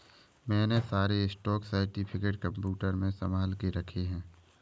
मैंने सारे stock certificate computer में संभाल के रखे हैं